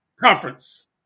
Conference